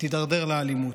תידרדר לאלימות.